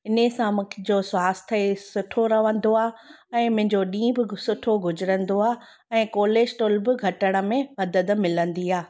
इन सां मुंहिंजो स्वास्थ सुठो रहंदो आहे ऐं मुंहिंजो ॾींहं बि सुठो गुजरंदो आहे ऐं कोलेस्ट्रोल बि घटण में मदद मिलंदी आहे